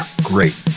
Great